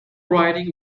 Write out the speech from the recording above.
riding